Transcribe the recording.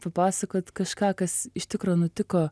papasakot kažką kas iš tikro nutiko